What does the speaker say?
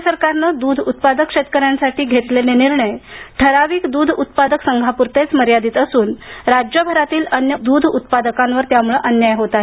राज्य सरकारने द्रध उत्पादक शेतकऱ्यांसाठी घेतलेले निर्णय ठराविक दूध उत्पादक संघापूरतेच मर्यादित असून राज्यभरातील अन्य दूध उत्पादकांवर अन्याय होत आहे